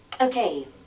Okay